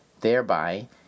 thereby